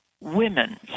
women